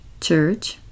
church